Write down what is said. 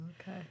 okay